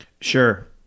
Sure